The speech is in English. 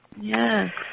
Yes